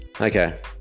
Okay